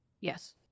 Yes